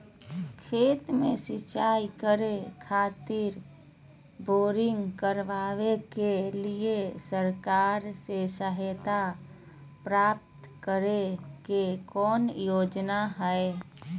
खेत में सिंचाई करे खातिर बोरिंग करावे के लिए सरकार से सहायता प्राप्त करें के कौन योजना हय?